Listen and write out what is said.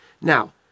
Now